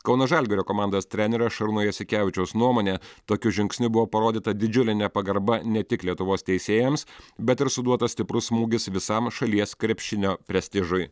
kauno žalgirio komandos trenerio šarūno jasikevičiaus nuomone tokiu žingsniu buvo parodyta didžiulė nepagarba ne tik lietuvos teisėjams bet ir suduotas stiprus smūgis visam šalies krepšinio prestižui